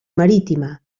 marítima